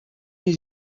his